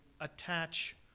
attach